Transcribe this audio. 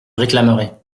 réclamerai